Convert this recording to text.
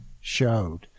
showed